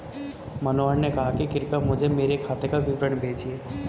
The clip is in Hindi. मनोहर ने कहा कि कृपया मुझें मेरे खाते का विवरण भेजिए